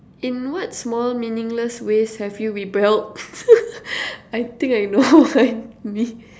in what small meaningless ways have you rebelled I think I know what